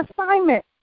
assignment